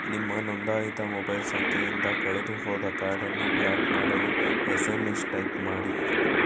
ನಿಮ್ಮ ನೊಂದಾಯಿತ ಮೊಬೈಲ್ ಸಂಖ್ಯೆಯಿಂದ ಕಳೆದುಹೋದ ಕಾರ್ಡನ್ನು ಬ್ಲಾಕ್ ಮಾಡಲು ಎಸ್.ಎಂ.ಎಸ್ ಟೈಪ್ ಮಾಡಿ